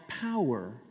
power